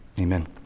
Amen